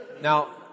Now